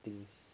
things